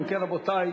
אם כן, רבותי,